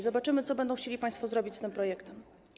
Zobaczymy, co będą chcieli państwo zrobić z tym projektem.